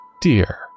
dear